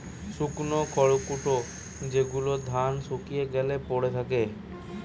শুকনো খড়কুটো যেগুলো ধান শুকিয়ে গ্যালে পড়ে থাকে